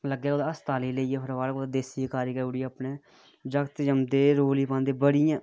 लग्गैं कुदै हस्पताल लेई ओड़ना फटा फट कुदै देसी कारी करी ओड़नी जाग्त जंदे रौली पांदे बड़ी इ'यां